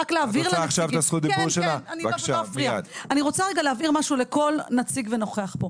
אני רוצה רגע להבהיר לכל נציג ונוכח פה.